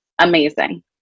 amazing